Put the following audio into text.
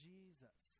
Jesus